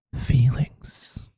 feelings